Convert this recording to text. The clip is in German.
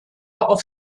auf